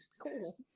cool